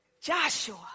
Joshua